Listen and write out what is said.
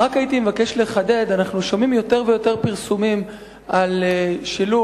הייתי מבקש לחדד: אנחנו שומעים יותר ויותר פרסומים על שילוב